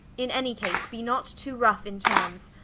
in any case, be not to rough in termes,